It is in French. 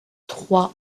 trois